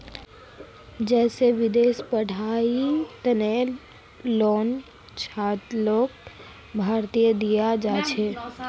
जैसे विदेशी पढ़ाईयेर तना लोन छात्रलोनर भीतरी दियाल जाछे